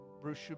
Bruce